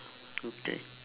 okay